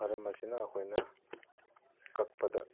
ꯃꯔꯝ ꯑꯁꯤꯅ ꯑꯩꯈꯣꯏꯅ ꯀꯛꯄꯗ